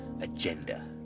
agenda